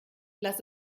lass